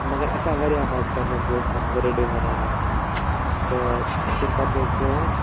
تہٕ مَگَر اَسہِ آو واریاہ مَزٕ پَننٮ۪ن دوستَن بٔرتھ ڈے مَناونَس تہٕ تمہِ پَتہِ گٔے کٲم